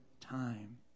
time